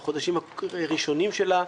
גם בחודשים הראשונים שלה.